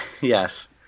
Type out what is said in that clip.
Yes